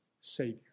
Savior